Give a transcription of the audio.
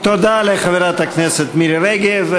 תודה לחברת הכנסת מירי רגב.